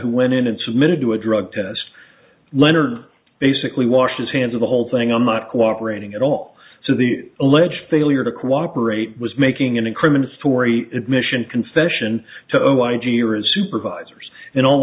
who went in and submitted to a drug test leonard basically wash its hands of the whole thing on not cooperating at all so the alleged failure to cooperate was making in a criminal story admission confession to zero i g or his supervisors in all